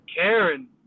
Karen